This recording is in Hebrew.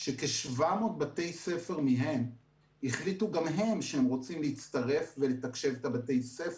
שכ-700 בתי ספר מהם החליטו גם הם שהם רוצים להצטרף ולתקשב את בתי הספר.